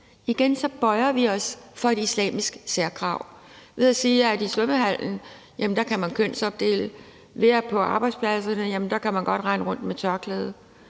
Igen bøjer vi os for et islamisk særkrav ved at sige, at man i svømmehallen kan kønsopdele, og at man på arbejdspladserne godt kan rende rundt med tørklæde,